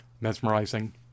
mesmerizing